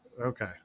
Okay